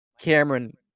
Cameron